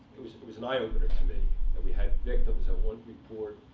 it was it was an eye opener to me that we had victims that wouldn't report